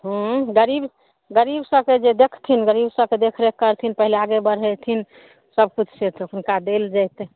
हूँह गरीब गरीब सबके जे देखथिन गरीब सबके देखरेख करथिन पहिले आगे बढ़थिन सबकिछुसँ तऽ हुनका देल जेतै